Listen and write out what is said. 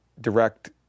direct